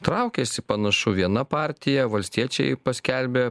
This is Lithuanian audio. traukiasi panašu viena partija valstiečiai paskelbė